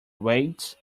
weighs